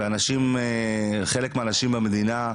וחלק מהאנשים במדינה,